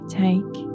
take